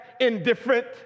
indifferent